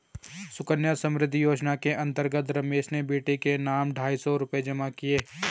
सुकन्या समृद्धि योजना के अंतर्गत रमेश ने बेटी के नाम ढाई सौ रूपए जमा किए